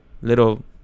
little